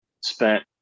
spent